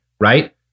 right